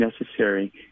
necessary